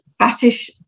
Battish